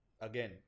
again